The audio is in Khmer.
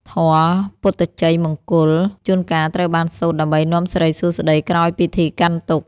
ធម៌ "ពុទ្ធជ័យមង្គល" ជួនកាលត្រូវបានសូត្រដើម្បីនាំសិរីសួស្ដីក្រោយពិធីកាន់ទុក្ខ។